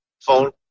phone